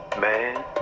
Man